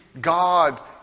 God's